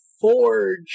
forge